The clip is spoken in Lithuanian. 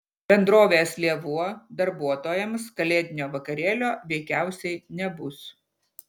bendrovės lėvuo darbuotojams kalėdinio vakarėlio veikiausiai nebus